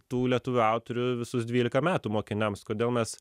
tų lietuvių autorių visus dvylika metų mokiniams kodėl mes